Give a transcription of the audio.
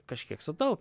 kažkiek sutau